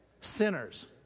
sinners